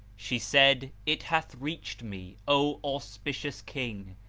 she said, it hath reached me, o auspicious king,